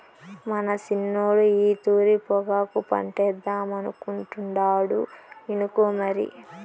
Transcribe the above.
మన సిన్నోడు ఈ తూరి పొగాకు పంటేద్దామనుకుంటాండు ఇనుకో మరి